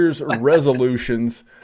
resolutions